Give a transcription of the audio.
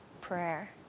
prayer